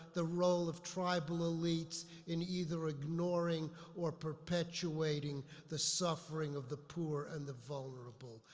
the role of tribal elites in either ignoring or perpetuating the suffering of the poor and the vulnerable.